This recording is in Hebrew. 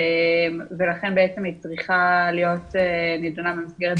ולכן היא צריכה להיות נידונה במסגרת דיוני התקציב.